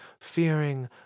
fearing